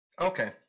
Okay